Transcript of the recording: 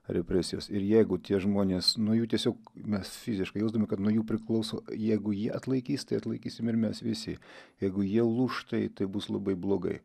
represijos ir jeigu tie žmonės nuo jų tiesiog mes fiziškai jausdavome kad nuo jų priklauso jeigu jie atlaikys tai atlaikysim ir mes visi jeigu jie lūžt tai bus labai blogai